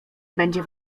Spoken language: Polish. będzie